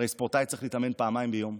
הרי ספורטאי צריך להתאמן פעמיים ביומיים.